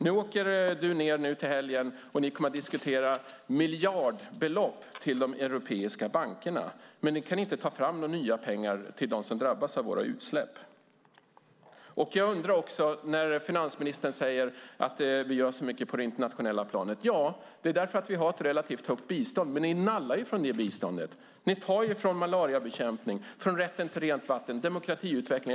Finansministern åker i väg till helgen, och ni kommer att diskutera miljardbelopp till de europeiska bankerna - men ni kan inte ta fram några nya pengar till dem som drabbas av våra utsläpp. Finansministern säger att det görs så mycket på det internationella planet. Ja, det är därför att vi har ett relativt högt bistånd. Men ni nallar från biståndet. Ni tar från malariabekämpning, från rätten till rent vatten och från demokratiutveckling.